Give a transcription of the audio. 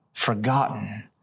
forgotten